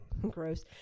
Gross